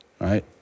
right